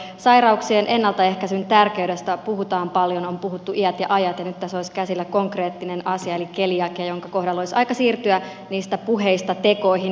sairauksien ennaltaehkäisyn tärkeydestä puhutaan paljon on puhuttu iät ja ajat ja nyt tässä olisi käsillä konkreettinen asia eli keliakia jonka kohdalla olisi aika siirtyä niistä puheista tekoihin